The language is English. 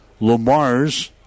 Lamars